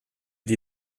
die